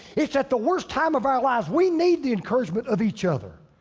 it's at the worst time of our lives, we need the encouragement of each other.